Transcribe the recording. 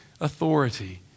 authority